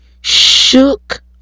shook